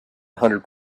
hundred